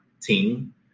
team